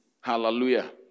Hallelujah